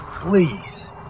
please